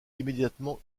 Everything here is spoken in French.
immédiatement